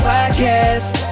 Podcast